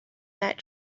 that